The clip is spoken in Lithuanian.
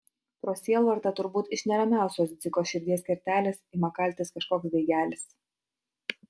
pro sielvartą turbūt iš neramiausios dziko širdies kertelės ima kaltis kažkoks daigelis